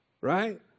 Right